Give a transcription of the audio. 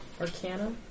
Arcana